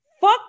Fuck